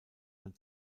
man